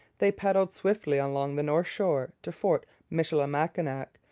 they paddled swiftly along the north shore to fort michilimackinac,